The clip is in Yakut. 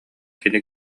кини